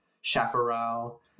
chaparral